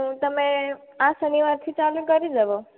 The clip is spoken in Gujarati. તો તમે આ શનિવારથી ચાલું કરી દો